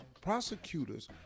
prosecutors